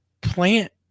plant